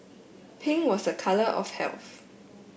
pink was a colour of health